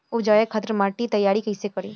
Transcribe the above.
उपजाये खातिर माटी तैयारी कइसे करी?